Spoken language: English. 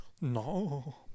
No